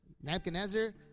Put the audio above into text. Nebuchadnezzar